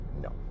No